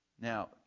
Now